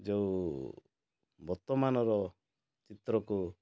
ଯେଉଁ ବର୍ତ୍ତମାନର ଚିତ୍ରକୁ